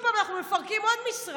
עוד פעם אנחנו מפרקים עוד משרד.